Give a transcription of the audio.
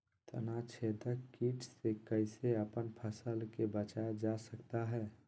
तनाछेदक किट से कैसे अपन फसल के बचाया जा सकता हैं?